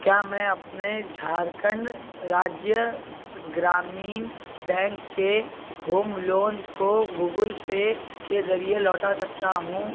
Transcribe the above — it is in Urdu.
کیا میں اپنے Jharkhand Rajya Gramin bank home loan لون کو گوگل پے کے ذریعے لوٹا سکتا ہوں